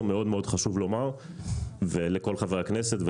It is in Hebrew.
מאוד מאוד חשוב לומר לך ולכל חברי הכנסת.